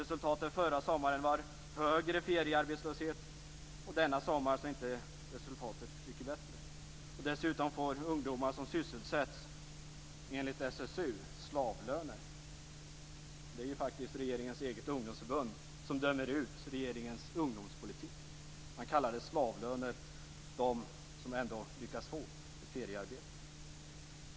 Resultatet förra sommaren var att feriearbetslösheten var högre, och resultatet denna sommar är inte mycket bättre. Dessutom får ungdomar som sysselsätts enligt SSU slavlöner. Det är faktiskt regeringens eget ungdomsförbund som dömer ut regeringens ungdomspolitik. Man kallar det slavlöner, de löner de får som ändå lyckas få ett feriearbete.